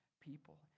people